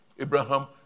Abraham